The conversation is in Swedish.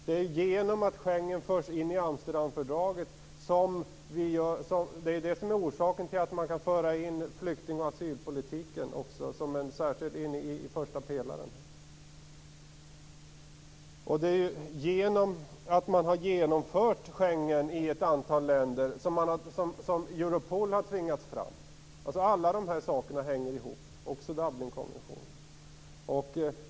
Det är genom att Schengen förs in i Amsterdamfördraget som flyktingoch asylpolitiken kan föras in i första pelaren. Det är på grund av att Schengen har genomförts i ett antal länder som Europol har tvingats fram. Alla dessa saker hör ihop. Det gäller också Dublinkonventionen.